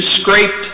scraped